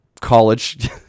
college